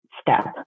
step